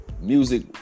music